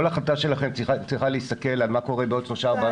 כל החלטה שלכם צריכה להסתכל על מה קורה בעוד שלושה-ארבעה שבועות.